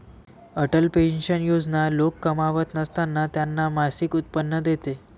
Atal pension योजना लोक कमावत नसताना त्यांना मासिक उत्पन्न देते